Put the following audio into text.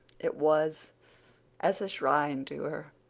it was as a shrine to her.